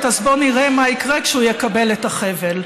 אז בוא נראה מה יקרה כשהוא יקבל את החבל,